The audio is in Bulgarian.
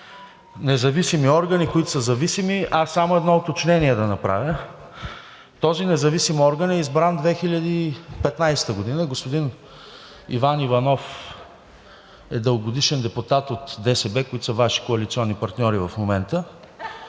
независими органи, които са зависими, аз само едно уточнение да направя. Този независим орган е избран 2015 г. Господин Иван Иванов е дългогодишен депутат от ДСБ, които са Ваши коалиционни партньори в момента,